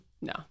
no